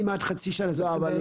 כמעט חצי שנה בתוך 2022,